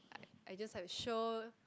I I just have show